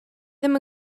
ddim